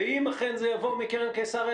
ואם אכן זה יבוא מקרן קיסריה,